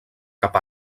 cap